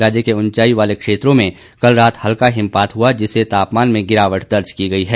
राज्य के उंचाई वाले क्षेत्रों में कल रात हल्का हिमपात हुआ जिससे तापमान में गिरावट दर्ज की गई है